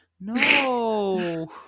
No